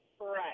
Right